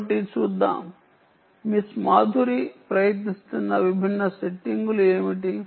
కాబట్టి చూద్దాం మిస్ మాధురి ప్రయత్నిస్తున్న విభిన్న సెట్టింగులు ఏమిటి